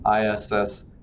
ISS